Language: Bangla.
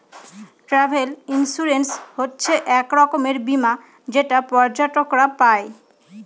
ট্রাভেল ইন্সুরেন্স হচ্ছে এক রকমের বীমা যেটা পর্যটকরা পাই